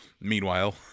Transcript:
Meanwhile